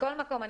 מכל מקום,